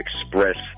express